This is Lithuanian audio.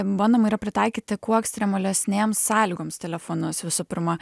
bandoma yra pritaikyti kuo ekstremalesnėms sąlygoms telefonus visų pirma